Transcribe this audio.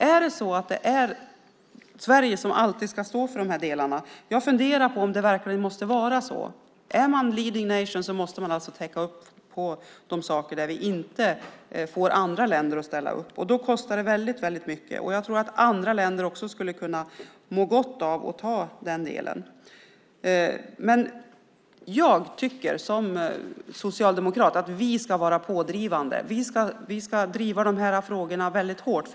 Är det Sverige som alltid ska stå för de delarna? Jag funderar på om det måste vara så. Är man leading nation måste man alltså täcka upp med saker där man inte får andra länder att ställa upp. Då kostar det väldigt mycket. Jag tror att också andra länder skulle kunna må gott av att ta den delen. Jag tycker som socialdemokrat att vi ska vara pådrivande. Vi ska driva dessa frågor väldigt hårt.